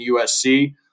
USC